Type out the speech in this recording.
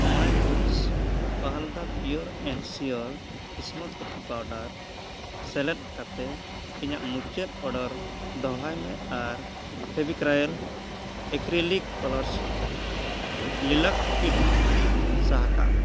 ᱢᱚᱬᱮ ᱯᱟᱣᱩᱪ ᱯᱟᱦᱟᱞᱫᱟ pure and sure smooth coffee powder ᱥᱮᱞᱮᱫ ᱠᱟᱛᱮᱫ ᱤᱧᱟᱹᱜ ᱢᱩᱪᱟᱹᱫ ᱚᱰᱟᱨ ᱫᱚᱦᱲᱟᱭ ᱢᱮ ᱯᱷᱮᱵᱤᱠᱨᱤᱞ ᱮᱠᱨᱤᱞᱤᱠ ᱠᱟᱞᱟᱨᱥ ᱞᱤᱞᱟᱠ ᱠᱤᱴ ᱥᱟᱦᱟ ᱠᱟᱜ ᱢᱮ